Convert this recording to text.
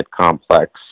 complex